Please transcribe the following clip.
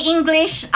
English